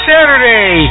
Saturday